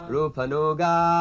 Rupanuga